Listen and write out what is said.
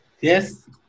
Yes